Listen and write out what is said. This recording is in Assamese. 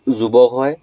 যুৱক হয়